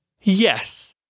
Yes